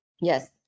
Yes